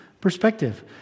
perspective